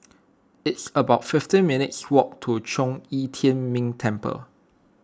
it's about fifty minutes' walk to Zhong Yi Tian Ming Temple